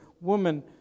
woman